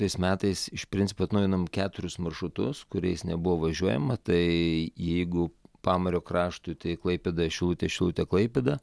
tais metais iš principo atnaujinom keturis maršrutus kuriais nebuvo važiuojama tai jeigu pamario kraštui tai klaipėda šilutė šilutė klaipėda